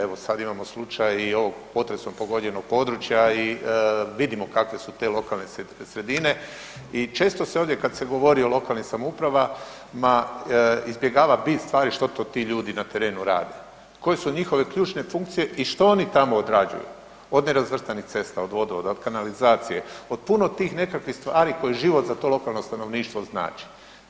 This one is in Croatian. Evo sada imamo slučaj i ovog potresom pogođenog područja i vidimo kakve su te lokalne sredine i često se ovdje kada se govori o lokalnim samoupravama izbjegava bit stvari što to ti ljudi na terenu radi, koje su njihove ključne funkcije i što oni tamo odrađuju, od nerazvrstanih cesta, od vodovoda, od kanalizacije, od puno tih nekakvih stvari koje život za to lokalno stanovništvo znače.